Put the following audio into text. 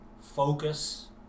focus